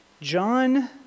John